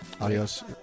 adios